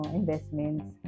investments